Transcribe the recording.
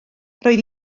roedd